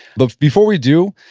but before we do,